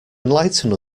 enlighten